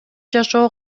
жашоо